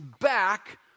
back